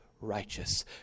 righteous